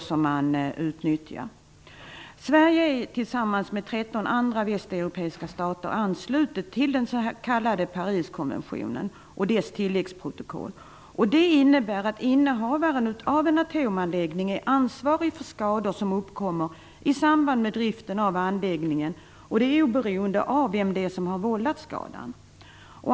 Sverige är tillsammans med 13 andra västeuropeiska stater anslutet till den s.k. Pariskonventionen och dess tilläggsprotokoll. Det innebär att innehavaren av en atomanläggning är ansvarig för skador som uppkommer i samband med driften av anläggningen oberoende av vem som vållat skadan.